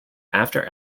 after